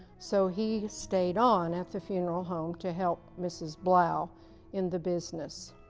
so, he stayed on at the funeral home to help mrs. blough in the business.